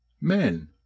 Men